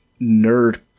nerd